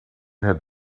had